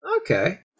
Okay